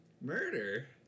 Murder